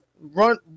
run